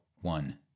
one